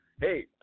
hey